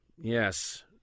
Yes